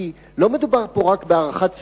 כי לא מדובר פה רק בהערכת סיכונים.